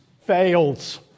fails